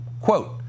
Quote